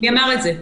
מי אמר את זה?